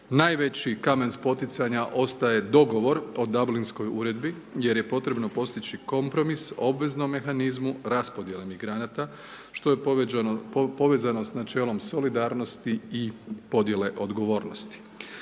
najveći kamen spoticanja ostaje dogovor o Dablinskoj uredbi jer je potrebno postići kompromis obveznom mehanizmu raspodjeli migranata što je povezano s načelom solidarnosti i podjele odgovornosti.